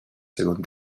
según